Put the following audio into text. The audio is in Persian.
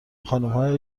خانمهای